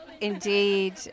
Indeed